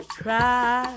cry